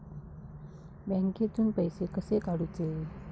बँकेतून पैसे कसे काढूचे?